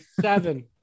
Seven